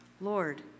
Lord